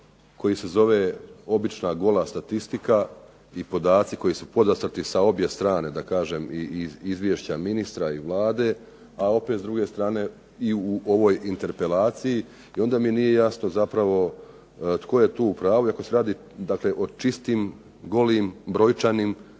koji se zove obična gola statistika i podaci koji su podastrti sa obje strane i izvješća ministra i Vlade, a opet s druge strane u ovoj interpelaciji. I onda mi nije jasno zapravo tko je tu u pravu, iako se radi o čistim golim brojčanim